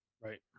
Right